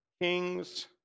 kings